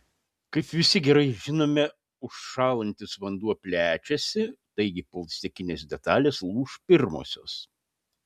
kaip visi gerai žinome užšąlantis vanduo plečiasi taigi plastikinės detalės lūš pirmosios